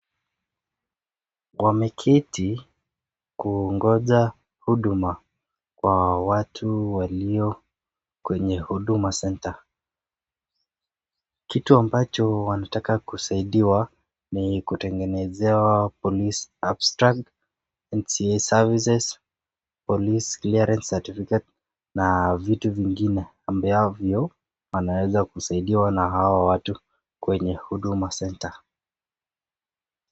Wameketi kungoja huduma kwa watu walio kwenye huduma center ,kitu amabacho wanataka kusasaiwa, ni kutengenezewa Police abstract, police clearance certificate na vitu vingine ambavyo wanaweza kusaidiwa na hawa watu kwenye huduma center